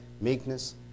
meekness